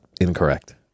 Incorrect